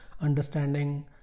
understanding